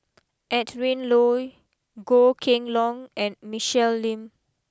Adrin Loi Goh Kheng long and Michelle Lim